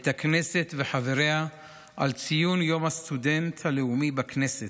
את הכנסת וחבריה על ציון יום הסטודנט הלאומי בכנסת.